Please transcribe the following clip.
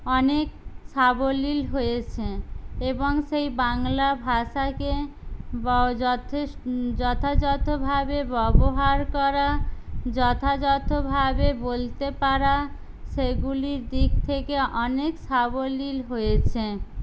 অনেক সাবলীল হয়েছে এবং সেই বাংলা ভাষাকে যথেস যথাযথভাবে ব্যবহার করা যথাযথভাবে বলতে পারা সেগুলির দিক থেকে অনেক সাবলীল হয়েছে